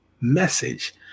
message